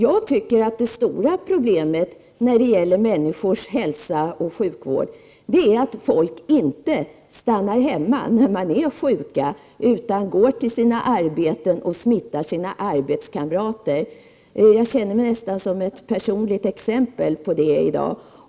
Jag tycker att det stora problemet när det gäller människors hälsa och sjukvård är att folk inte stannar hemma när de är sjuka utan går till sina arbeten och smittar arbetskamraterna. Jag känner mig personligen nästan som ett exempel på det i dag.